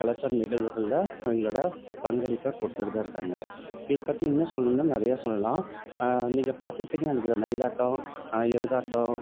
கலாச்சார நிகழ்வுகள்ல அவங்களோட பங்களிப்பை கொடுத்துட்டு தான் இருக்காங்க இதை பற்றி இன்னும் சொல்லணுன்னா நிறையா சொல்லலாம் நீங்கள் பாத்திருப்பீங்கனு நினைக்கிறேன் மயிலாட்டம் எருதாட்டம்